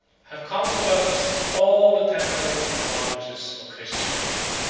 have counterbalanced all the temporal advantages of christianity.